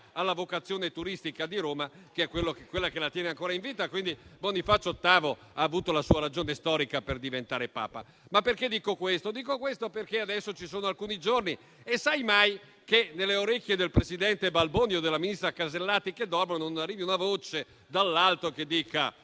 alla vocazione turistica di Roma, che è quello che la tiene ancora in vita. Bonifacio VIII ha quindi avuto la sua ragione storica per diventare Papa. Ma perché dico questo? Perché adesso ci sono alcuni giorni e hai visto mai che nelle orecchie del presidente Balboni o della ministra Casellati che dormono non arrivi una voce dall'alto che dica